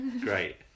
great